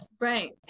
right